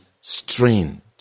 strained